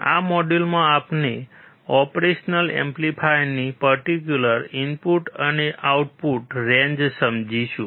આ મોડ્યુલમાં આપણે ઓપરેશનલ એમ્પ્લીફાયરની પર્ટીક્યુલર ઇનપુટ અને આઉટપુટ રેંજ સમજીશું